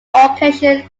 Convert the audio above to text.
occasion